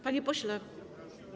Panie pośle.